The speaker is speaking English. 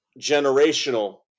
generational